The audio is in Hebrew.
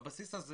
בבסיס הזה